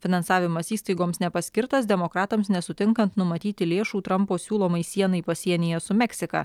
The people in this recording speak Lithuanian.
finansavimas įstaigoms nepaskirtas demokratams nesutinkant numatyti lėšų trampo siūlomai sienai pasienyje su meksika